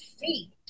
feet